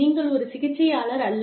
நீங்கள் ஒரு சிகிச்சையாளர் அல்ல